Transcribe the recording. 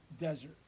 desert